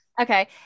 Okay